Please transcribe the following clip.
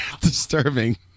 disturbing